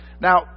Now